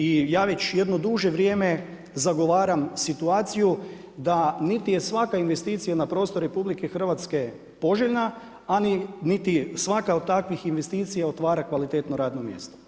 I ja već jedno duže vrijeme zagovaram situaciju da niti je svaka investicija na prostor RH poželjna a ni svaka od takvih investicija otvara kvalitetno radno mjesto.